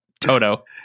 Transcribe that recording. Toto